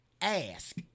ask